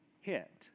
hit